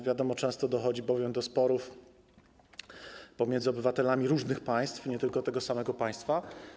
Wiadomo, że często dochodzi do sporów pomiędzy obywatelami różnych państw, nie tylko tego samego państwa.